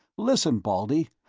listen, baldy,